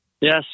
Yes